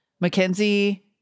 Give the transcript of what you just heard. Mackenzie